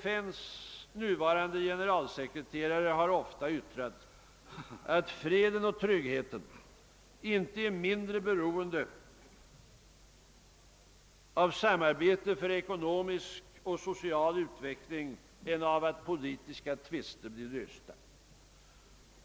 FN:s nuvarande generalsekreterare har ofta yttrat att freden och tryggheten inte är mindre beroende av samarbete för ekonomisk och social utveckling än av att politiska tvister blir lösta.